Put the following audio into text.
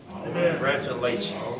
Congratulations